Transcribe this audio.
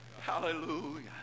Hallelujah